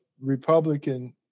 Republican